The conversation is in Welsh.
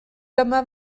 dyma